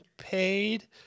paid